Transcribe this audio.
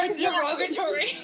Derogatory